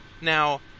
Now